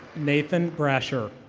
nathan brasher.